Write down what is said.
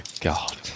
God